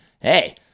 hey